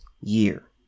year